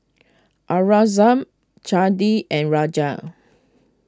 Aurangzeb Chandi and Raja